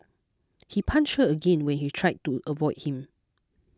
he punched her again when he tried to avoid him